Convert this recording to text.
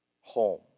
Home